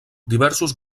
diversos